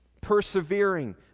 Persevering